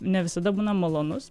ne visada būna malonus